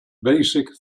basic